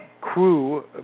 crew